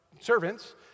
servants